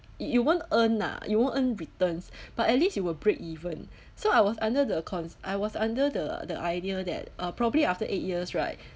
y~ you won't earn ah you won't earn returns but at least you will break even so I was under the cons~ I was under the the idea that uh probably after eight years right